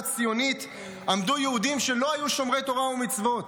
הציונית עמדו יהודים שלא היו שומרי תורה ומצוות.